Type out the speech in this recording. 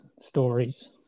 stories